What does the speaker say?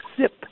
zip